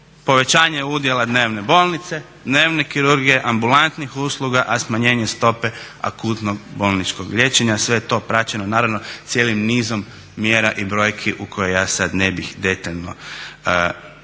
povećanje udjela dnevne bolnice, dnevne kirurgije, ambulantnih usluga, a smanjenje stope akutnog bolničkog liječenja. Sve je to praćeno naravno cijelim nizom mjera i brojki u koje ja sad ne bih detaljno ulazio.